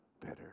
better